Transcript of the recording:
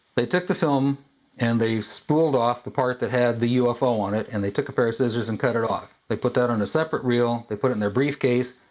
they took the film and they spooled off the part that had the ufo on it and they took a pair of scissors and cut it off. they put that on a separate reel and they put it in their briefcase.